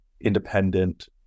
independent